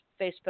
Facebook